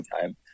time